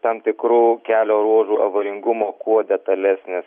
tam tikrų kelio ruožų avaringumo kuo detalesnis